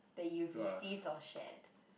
that you've received or shared